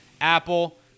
Apple